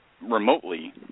remotely